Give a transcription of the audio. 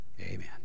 Amen